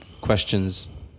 questions